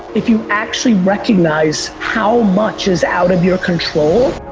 if you actually recognize how much is out of your control,